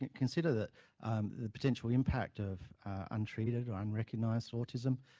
consider the potential impact of untreated or unrecognized autism,